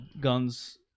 guns